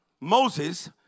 Moses